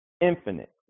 infinite